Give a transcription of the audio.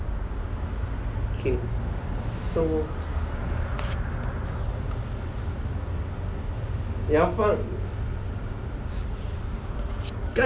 K so